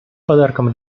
подарком